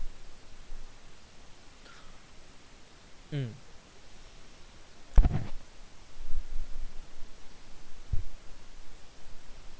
mm